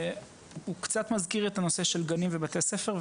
הוא קצת מזכיר את הנושא של גנים ובתי ספר,